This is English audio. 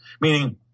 meaning